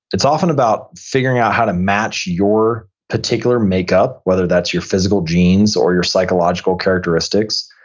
it's often about figuring out how to match your particular makeup, whether that's your physical genes or your psychological characteristics,